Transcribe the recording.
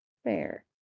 Fair